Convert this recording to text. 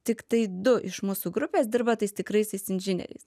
tiktai du iš mūsų grupės dirba tais tikraisiais inžinieriais